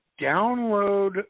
download